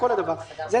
מה